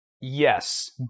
Yes